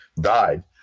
died